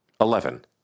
Eleven